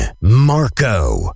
Marco